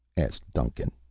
asked duncan.